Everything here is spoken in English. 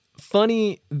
funny